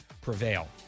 prevail